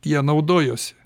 ja naudojuosi